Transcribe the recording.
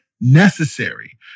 necessary